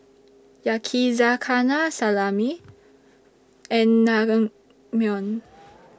Yakizakana Salami and Naengmyeon